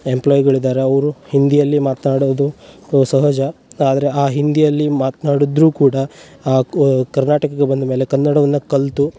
ಎಂಪ್ಲಾಯಿಗಳು ಇದ್ದಾರೆ ಅವರು ಹಿಂದಿಯಲ್ಲಿ ಮಾತನಾಡೋದು ಸಹಜ ಆದರೆ ಆ ಹಿಂದಿಯಲ್ಲಿ ಮಾತ್ನಾಡಿದ್ರೂ ಕೂಡ ಆ ಕರ್ನಾಟಕಕ್ಕೆ ಬಂದಮೇಲೆ ಕನ್ನಡವನ್ನು ಕಲಿತು